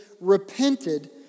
repented